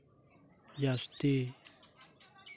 ᱡᱟᱹᱥᱛᱤ